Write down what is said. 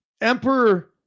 Emperor